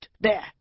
There